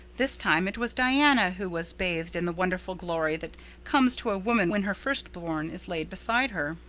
this time it was diana who was bathed in the wonderful glory that comes to a woman when her first-born is laid beside her.